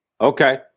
Okay